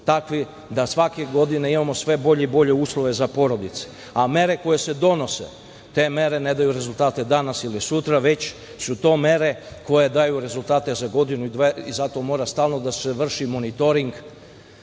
takvi da svake godine imamo sve bolje i bolje uslove za porodice. Mere koje se donose ne daju rezultate danas ili sutra, već su to mere koje daju rezultate za godinu, dve i zato mora stalno da se vrši monitoring. Vreme